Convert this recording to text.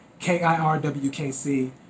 K-I-R-W-K-C